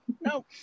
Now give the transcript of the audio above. no